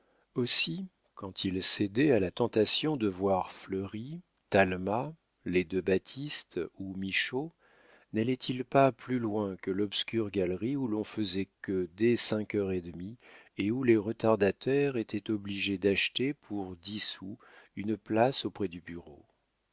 aussi quand il cédait à la tentation de voir fleury talma les deux baptiste ou michot n'allait-il pas plus loin que l'obscure galerie où l'on faisait queue dès cinq heures et demie et où les retardataires étaient obligés d'acheter pour dix sous une place auprès du bureau